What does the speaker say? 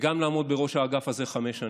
וגם לעמוד בראש האגף הזה חמש שנים.